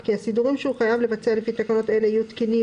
כי הסידורים שהוא חייב לבצע לפי תקנות אלה יהיו תקינים